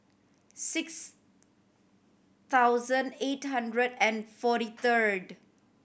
six thousand eight hundred and forty third